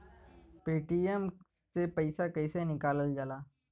Paytm से कैसे पैसा निकलल जाला?